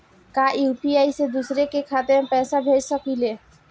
का यू.पी.आई से दूसरे के खाते में पैसा भेज सकी ले?